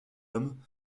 dôme